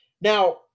Now